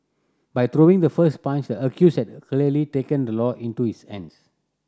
by throwing the first punch the accused had clearly taken the law into his hands